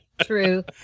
True